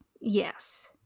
yes